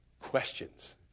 questions